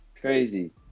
Crazy